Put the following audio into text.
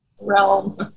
realm